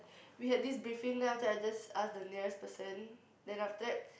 we had this briefing then after that I just ask the nearest person then after that